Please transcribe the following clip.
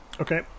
Okay